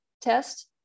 test